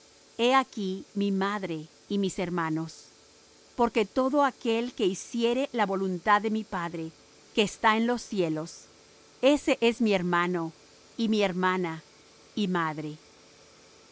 he aquí mi madre y mis hermanos porque todo aquel que hiciere la voluntad de mi padre que está en los cielos ese es mi hermano y hermana y madre